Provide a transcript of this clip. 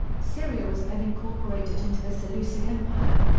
syria was then incorporated into the seleucid empire.